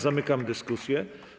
Zamykam dyskusję.